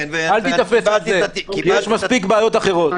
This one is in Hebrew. אל תיתפס לזה, יש מספיק בעיות אחרות.